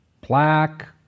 Black